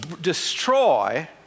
destroy